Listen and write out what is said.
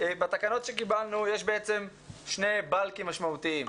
בתקנות שקיבלנו יש שני גושים משמעותיים.